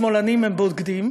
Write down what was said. שמאלנים הם בוגדים,